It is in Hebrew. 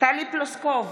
טלי פלוסקוב,